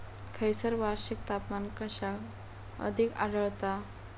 खैयसर वार्षिक तापमान कक्षा अधिक आढळता?